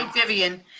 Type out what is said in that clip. ah vivian.